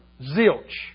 Zilch